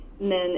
men